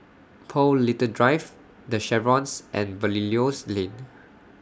Paul Little Drive The Chevrons and Belilios Lane